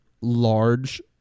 large